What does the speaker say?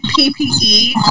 PPE